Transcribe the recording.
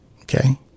Okay